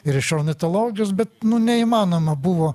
ir iš ornitologijos bet nu neįmanoma buvo